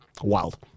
wild